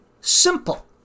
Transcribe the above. simple